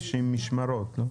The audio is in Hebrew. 90 משמעות לא?